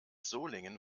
solingen